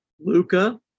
Luca